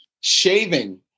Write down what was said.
Shaving